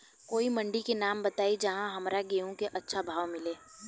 कोई मंडी के नाम बताई जहां हमरा गेहूं के अच्छा भाव मिले?